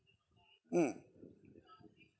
mm